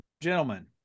gentlemen